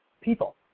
people